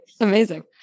Amazing